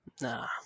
Nah